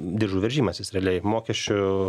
diržų veržimasis realiai mokesčių